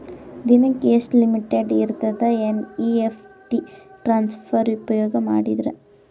ದಿನಕ್ಕ ಎಷ್ಟ ಲಿಮಿಟ್ ಇರತದ ಎನ್.ಇ.ಎಫ್.ಟಿ ಟ್ರಾನ್ಸಫರ್ ಉಪಯೋಗ ಮಾಡಿದರ?